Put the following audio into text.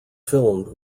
filmed